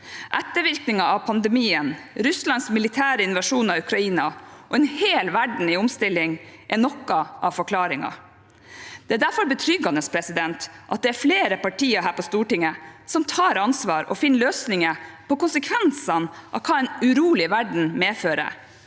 Ettervirkninger av pandemien, Russlands militære invasjon av Ukraina og en hel verden i omstilling er noe av forklaringen. Det er derfor betryggende at det er flere partier her på Stortinget som tar ansvar og finner løsninger på konsekvensene av hva en urolig verden medfører.